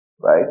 right